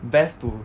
best to